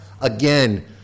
again